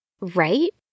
Right